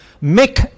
Make